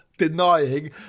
denying